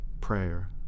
prayer